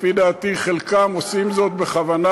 לפי דעתי חלקם עושים זאת בכוונה,